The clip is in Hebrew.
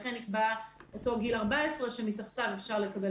לכן נקבע אותו גיל 14 שמתחתיו אפשר לקבל